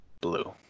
blue